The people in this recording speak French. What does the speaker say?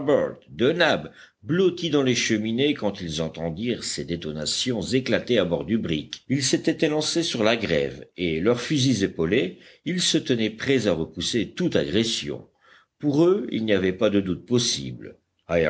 de nab blottis dans les cheminées quand ils entendirent ces détonations éclater à bord du brick ils s'étaient élancés sur la grève et leurs fusils épaulés ils se tenaient prêts à repousser toute agression pour eux il n'y avait pas de doute possible